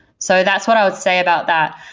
so that's what i'd say about that.